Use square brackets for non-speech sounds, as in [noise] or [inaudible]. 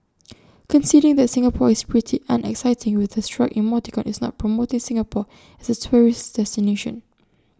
[noise] conceding that Singapore is pretty unexciting with A shrug emoticon is not promoting Singapore as A tourist destination